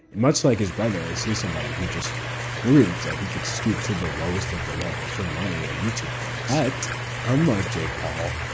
much like his brother, i see somebody who just proved that he could stoop to the lowest of the low for money and youtube clicks. but unlike jake paul,